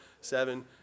seven